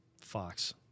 Fox